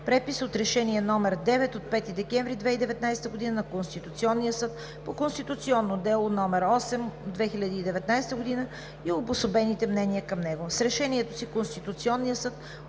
препис от Решение № 9 от 5 декември 2019 г. на Конституционния съд по конституционно дело № 8/2019 г. и обособените мнения към него.